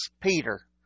Peter